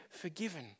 forgiven